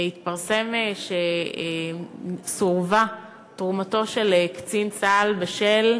התפרסם שסורבה תרומתו של קצין צה"ל בשל